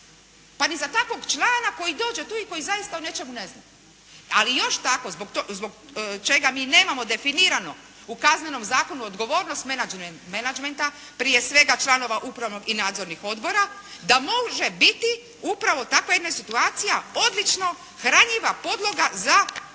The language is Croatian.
pa ni za takvog člana koji dođe tu i koji zaista o nečemu ne zna. Ali još tako zbog čega mi nemamo definirano u Kaznenom zakonu odgovornost menadžmenta prije svega članova upravnog i nadzornih odbora da može biti upravo takva jedna situacija odlično hranjiva podloga za